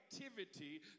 activity